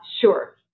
sure